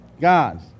God's